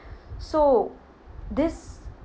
so this